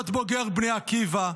להיות בוגר בני עקיבא,